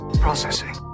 processing